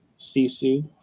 sisu